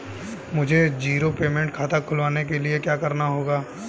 मुझे zero payment खाता खुलवाने के लिए क्या करना होगा?